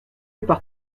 voulait